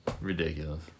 Ridiculous